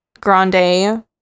Grande